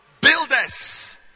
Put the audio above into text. Builders